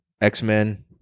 X-Men